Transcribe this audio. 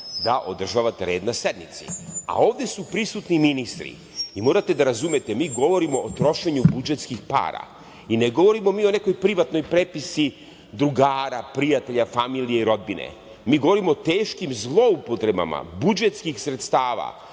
da održavate reda na sednici. Ovde su prisutni ministri i morate da razumete, mi govorimo o trošenju budžetskih para i ne govorimo mi o nekoj privatnoj prepisci drugara, prijatelja, familije i rodbine, mi govorimo o teškim zloupotrebama budžetskih sredstava